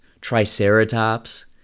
Triceratops